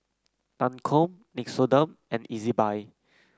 Lancome Nixoderm and Ezbuy